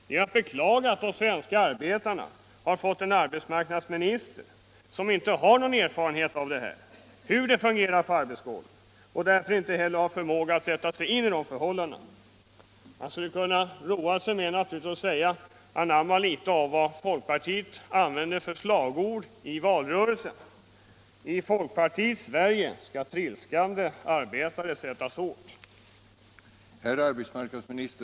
Det är att beklaga att de svenska arbetarna har fått en arbetsmarknadsminister som inte har någon erfarenhet av hur det fungerar på arbetsplatserna och som därför inte heller har förmåga att sätta sig in i arbetstagarnas förhållanden. Man skulle med en travestering av det slagord som folkpartiet använde i valrörelsen kunna roa sig med att säga: I folkpartiets Sverige skall trilskande arbetare sättas åt hårt.